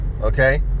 okay